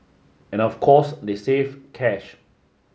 and of course they save cash